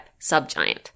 subgiant